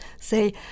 say